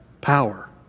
power